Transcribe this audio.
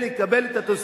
כדינם של עובדי רכבת,